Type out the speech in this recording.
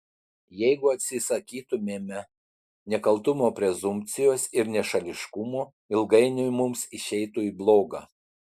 jeigu atsisakytumėme nekaltumo prezumpcijos ir nešališkumo ilgainiui mums išeitų į bloga